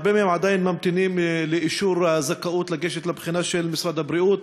הרבה מהם עדיין ממתינים לאישור הזכאות לגשת לבחינה של משרד הבריאות,